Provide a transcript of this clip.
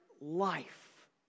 life